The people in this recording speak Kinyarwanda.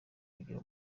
kugira